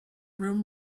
room